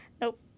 nope